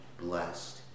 blessed